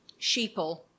Sheeple